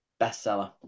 bestseller